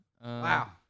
Wow